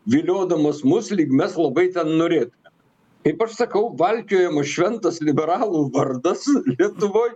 viliodamas mus lyg mes labai ten norėtume kaip aš sakau valkiojamas šventas liberalų vardas lietuvoj